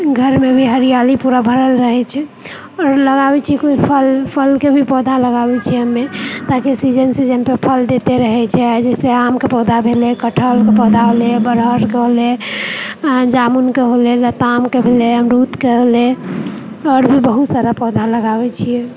घरमे भी हरिआली पूरा भरल रहैत छै आओर लगाबैत छियै कोई फल फलके भी पौधा लगाबैत छियै हमे ताकि सीजन सीजन पर फल देते रहैत छै जैसे आमके पौधा भेलै कटहलके पौधा होलै बड़हरके होलै जामुनके भेलै लतामके भेलै अमरुदके भेलै आओर भी बहुत सारा पौधा लगाबैत छियै